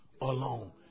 alone